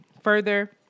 further